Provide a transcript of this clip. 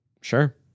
Sure